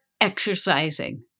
exercising